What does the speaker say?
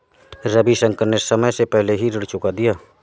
रविशंकर ने समय से पहले ही ऋण चुका दिया